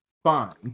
Fine